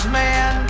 man